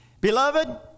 Beloved